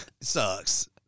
sucks